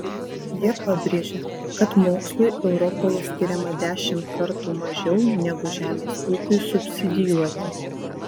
jie pabrėžia kad mokslui europoje skiriama dešimt kartų mažiau negu žemės ūkiui subsidijuoti